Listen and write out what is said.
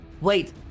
wait